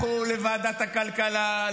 לכו לוועדת הכלכלה,